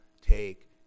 take